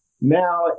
Now